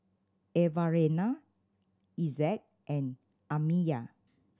Evalena Essex and Amiya